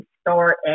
start